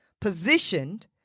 positioned